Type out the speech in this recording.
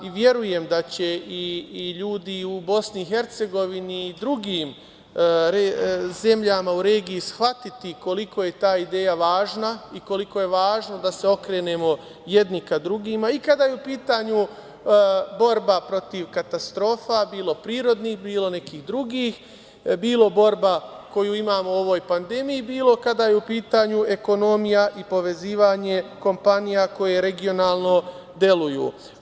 Verujem da će i ljudi u Bosni i Hercegovini i u drugim zemljama u regiji shvatiti koliko je ta ideja važna i koliko je važno da se okrenemo jedni ka drugima, i kada je u pitanju borbe protiv katastrofa, bilo prirodnih, bilo nekih drugih, bilo borba koju imamo u ovoj pandemiji, bilo kada je u pitanju ekonomija i povezivanje kompanija koje regionalno deluju.